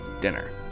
dinner